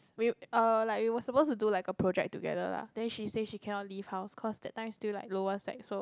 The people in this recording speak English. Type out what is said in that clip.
we err like we were supposed to do like a project together lah then she say she cannot leave house cause that time still like lower sec so